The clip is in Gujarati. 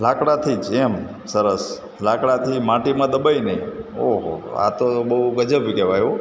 લાકડાથી જ એમ સરસ લાકડાથી માટીમાં દબાવીઇને ઓહો તો આ તો બહુ ગજબ કહેવાય હોં